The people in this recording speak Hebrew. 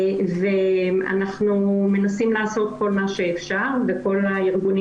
ואנחנו מנסים לעשות כל מה שאפשר וכל הארגונים